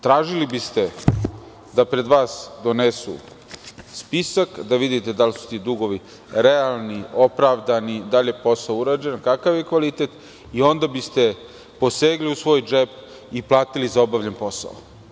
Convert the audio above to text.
Tražili biste da pred vas donesu spisak da vidite da li su ti dugovi realni, opravdani, da li je posao urađen, kakav je kvalitet, i onda biste posegli u svoj džep i platili za obavljen posao.